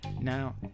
Now